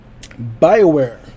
bioware